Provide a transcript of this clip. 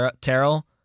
Terrell